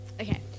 Okay